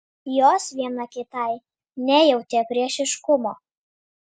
jos viena kitai nejautė priešiškumo